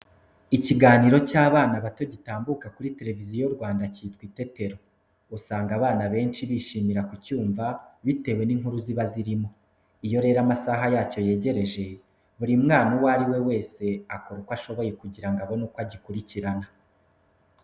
Ikiganiro cy'abana bato gitambuka kuri Televiziyo Rwanda cyitwa Itetero, usanga abana benshi bishimira kucyumva bitewe n'inkuru ziba zirimo. Iyo rero amasaha yacyo yegereje, buri mwana uwo ari we wese akora uko ashoboye kugira ngo abone uko agikurikirana.